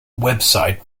website